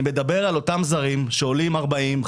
אני מדבר על אותם זרים שעולים 40,000,